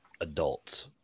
adults